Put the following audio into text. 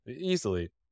easily